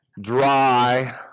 dry